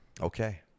Okay